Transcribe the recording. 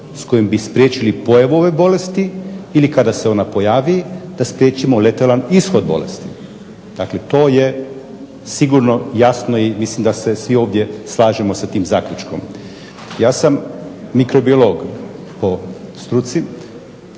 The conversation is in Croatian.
s kojim bi spriječili pojavu ove bolesti ili kada se ona pojavi da spriječimo …/Ne razumije se./… ishod bolesti. Dakle to je sigurno jasno i mislim da se svi ovdje slažemo sa tim zaključkom. Ja sam mikrobiolog po struci,